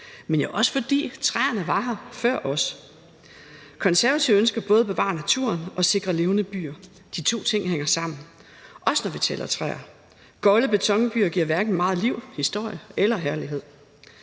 jo også, fordi træerne var her før os. Konservative ønsker både at bevare naturen og sikre levende byer. De to ting hænger sammen, også når vi taler træer. Golde betonbyer giver hverken meget liv, historie eller herlighed.